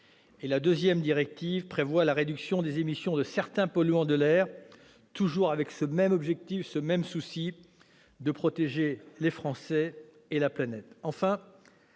La seconde directive prévoit la réduction des émissions de certains polluants de l'air, toujours avec ce même souci de protéger les Français et la planète.